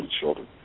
children